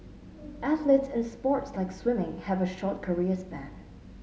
athletes in sports like swimming have a short career span